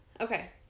Okay